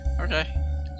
Okay